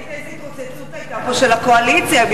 ראית איזה התרוצצות של הקואליציה היתה פה,